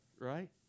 right